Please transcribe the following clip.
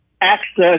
access